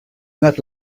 not